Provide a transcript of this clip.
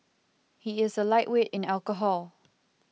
he is a lightweight in alcohol